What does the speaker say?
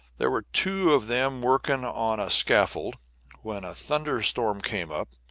there were two of them working on a scaffolding when a thunder-storm came up,